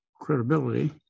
credibility